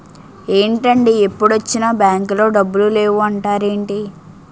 ఏంటండీ ఎప్పుడొచ్చినా బాంకులో డబ్బులు లేవు అంటారేంటీ?